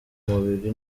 mubiri